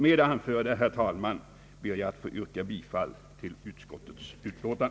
Med det anförda, herr talman, ber jag att få yrka bifall till utskottets hemställan.